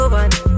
one